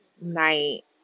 night